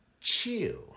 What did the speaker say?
chill